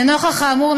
לנוכח האמור,